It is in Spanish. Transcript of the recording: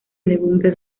legumbre